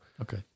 Okay